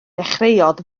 dechreuodd